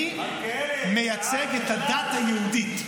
אני מייצג את הדת היהודית.